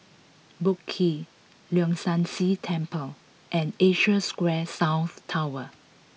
Boat Quay Leong San See Temple and Asia Square South Tower